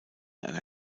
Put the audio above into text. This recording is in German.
einer